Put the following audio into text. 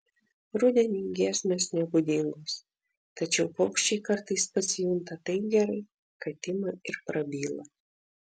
rudeniui giesmės nebūdingos tačiau paukščiai kartais pasijunta taip gerai kad ima ir prabyla